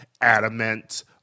adamant